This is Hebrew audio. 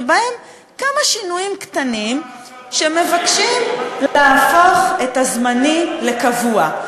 שבו כמה שינויים קטנים שמבקשים להפוך את הזמני לקבוע.